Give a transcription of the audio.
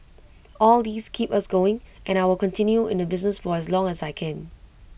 all these keep us going and I will continue in the business for as long as I can